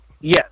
Yes